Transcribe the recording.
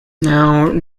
now